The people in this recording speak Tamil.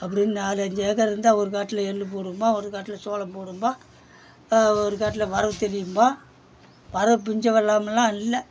அப்படின்னு நாலு அஞ்சு ஏக்கர் இருந்தால் ஒரு காட்டுடில் எள்ளு போடுவோமா ஒரு காட்டில் சோளம் போடுவம்பா ஒரு காட்டில் வரவு தெளிப்பம்பா வரவு பிஞ்ச வெள்ளாமல்லாம் இல்லை